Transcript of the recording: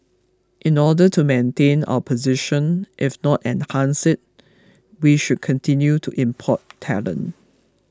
in order to maintain our position if not enhance it we should continue to import talent